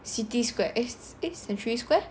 city square eh century square